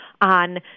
on